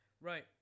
Right